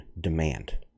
demand